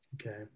okay